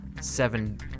seven